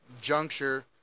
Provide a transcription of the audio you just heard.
juncture